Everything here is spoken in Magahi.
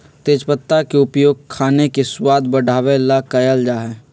तेजपत्ता के उपयोग खाने के स्वाद बढ़ावे ला कइल जा हई